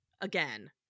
again